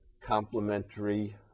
complementary